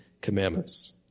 commandments